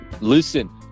listen